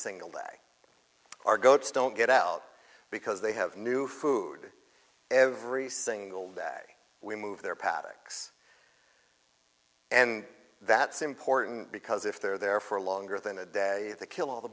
single day or goats don't get out because they have new food every single day we move their paddocks and that's important because if they're there for longer than a day they kill all the